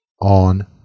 on